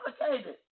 complicated